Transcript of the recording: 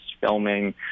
filming